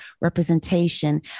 representation